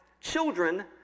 children